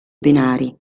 binari